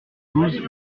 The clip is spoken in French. douze